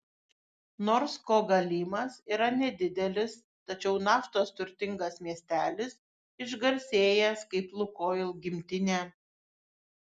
nors kogalymas yra nedidelis tačiau naftos turtingas miestelis išgarsėjęs kaip lukoil gimtinė